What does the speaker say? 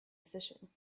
position